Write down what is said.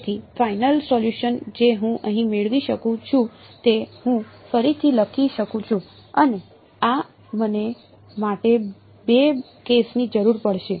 તેથી final solution જે હું અહીં મેળવી શકું છું તે હું ફરીથી લખી શકું છું મને a અને માટે બે કેસની જરૂર પડશે